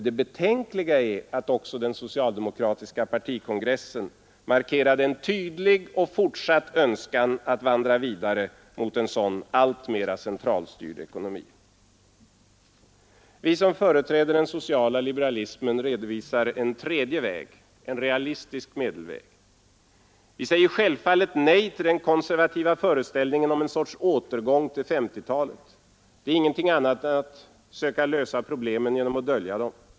Det betänkliga är att också den socialdemokratiska partikongressen markerade en tydlig och fortsatt önskan att vandra vidare mot en alltmer centralstyrd ekonomi. Vi som företräder den sociala liberalismen anvisar en tredje väg, en realistisk medelväg. Vi säger självfallet nej till den konservativa föreställningen om en sorts återgång till 1950-talet. Det är inget annat än att söka lösa problemen genom att dölja dem.